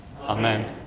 Amen